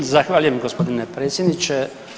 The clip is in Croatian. Zahvaljujem gospodine predsjedniče.